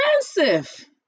expensive